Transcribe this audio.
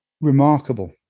remarkable